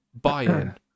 buy-in